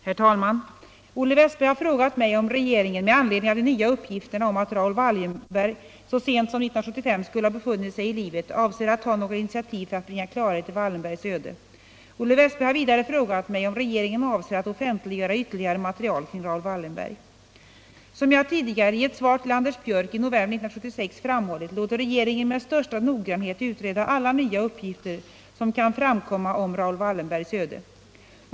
Herr talman! Olle Wästberg i Stock holm har frågat mig om regeringen, med anledning av de nya uppgifterna om att Raoul Wallenberg så sent som 1975 skulle ha befunnit sig i livet, avser att ta några initiativ för att bringa klarhet i Wallenbergs öde. Olle Wästberg har vidare frågat mig om regeringen avser att offenwiggöra ytterligare material kring Raoul Wallenberg. Såsom jag tidigare — i ett svar till Anders Björck i november 1976 - framhållit låter regeringen med största noggrannhet utreda alla nya uppgifter som kan framkomma om Raoul Wallenbergs öde.